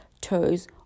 toes